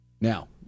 Now